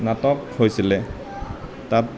নাটক হৈছিলে তাত